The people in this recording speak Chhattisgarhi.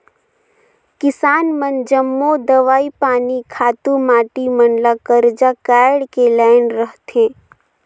किसान मन जम्मो दवई पानी, खातू माटी मन ल करजा काएढ़ के लाएन रहथें